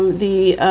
the